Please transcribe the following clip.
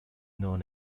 known